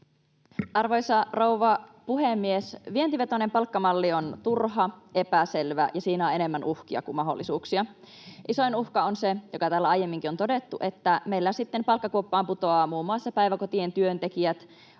Arvoisa rouva puhemies! Vientivetoinen palkkamalli on turha, epäselvä ja siinä on enemmän uhkia kuin mahdollisuuksia. Isoin uhka on se, joka täällä aiemminkin on todettu, että meillä sitten palkkakuoppaan putoaa muun muassa päiväkotien työntekijät,